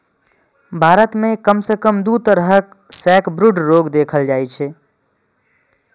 भारत मे कम सं कम दू तरहक सैकब्रूड रोग देखल जाइ छै